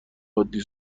عادی